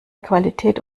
qualität